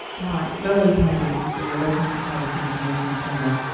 lillie coney, the electronic privacy information center.